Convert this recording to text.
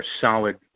solid